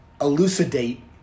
elucidate